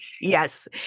Yes